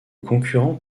concurrent